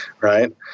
Right